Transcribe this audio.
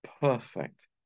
Perfect